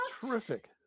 terrific